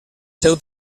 seu